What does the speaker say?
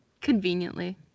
Conveniently